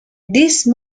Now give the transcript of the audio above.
these